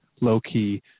low-key